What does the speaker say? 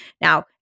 Now